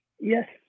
Yes